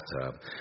bathtub